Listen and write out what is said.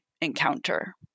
encounter